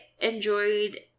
enjoyed